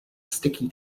sticky